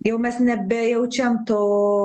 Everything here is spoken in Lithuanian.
jau mes nebejaučiam to